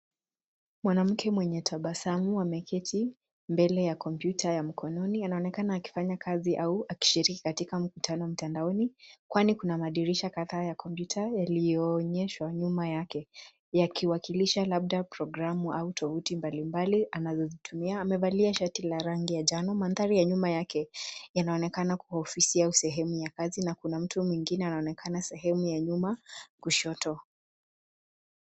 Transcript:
Mwanamke mwenye tabasamu ameketi mbele ya kompyuta ya mkononi. Anaonekana akifanya kazi au akishiriki katika mkutano mtandaoni, kwani kuna madirisha kadhaa ya kompyuta yaliyoonyeshwa nyuma yake. Yakiwakilisha labda programu au tovuti mbali mbali anazozitumia. Amevalia shati la rangi ya njano. Mandhari ya nyuma yake yanaonekana kwa ofisi au sehemu ya kazi na kuna mtu mwingine anaonekana sehemu ya nyuma kushoto.